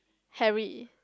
Harry